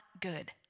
good